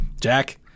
Jack